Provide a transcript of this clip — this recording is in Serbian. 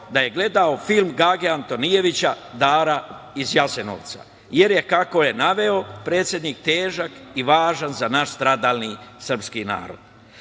da je gledao film Gage Antonijevića „Dara iz Jasenovca“ jer je, kako je naveo, predsednik težak i važan za naš stradalni srpski narod.